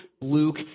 Luke